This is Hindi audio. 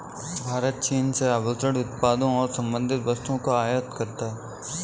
भारत चीन से आभूषण उत्पादों और संबंधित वस्तुओं का आयात करता है